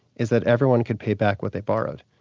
is that everyone could pay back what they borrowed,